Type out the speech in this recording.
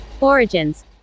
Origins